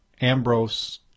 Ambrose